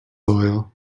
loyal